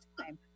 time